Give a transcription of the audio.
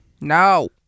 No